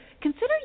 consider